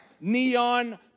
neon